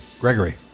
Gregory